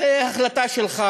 זו החלטה שלך